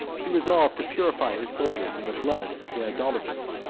he resolved to purify his soldiers in the blood of the idolaters,